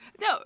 No